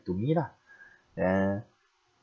to me lah then